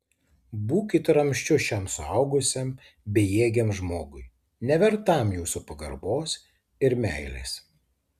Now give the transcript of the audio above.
būkit ramsčiu šiam suaugusiam bejėgiam žmogui nevertam jūsų pagarbos ir meilės